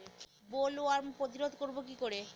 Bollworm প্রতিরোধ করব কি করে?